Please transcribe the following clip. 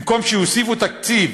במקום שיוסיפו לתקציב,